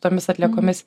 tomis atliekomis